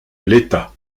l’état